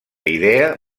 idea